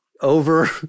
over